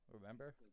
Remember